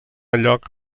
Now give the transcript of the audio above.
lloc